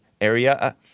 area